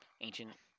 ancient